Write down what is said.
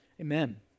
Amen